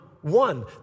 one